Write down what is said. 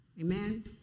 Amen